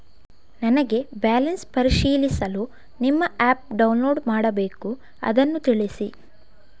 ನನಗೆ ಬ್ಯಾಲೆನ್ಸ್ ಪರಿಶೀಲಿಸಲು ನಿಮ್ಮ ಆ್ಯಪ್ ಡೌನ್ಲೋಡ್ ಮಾಡಬೇಕು ಅದನ್ನು ತಿಳಿಸಿ?